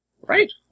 Right